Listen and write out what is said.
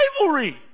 rivalry